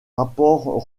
rapport